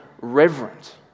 reverent